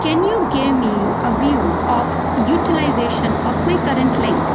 can you give me a view of utilization of my current link